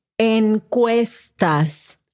Encuestas